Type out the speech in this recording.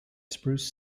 spruce